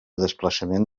desplaçament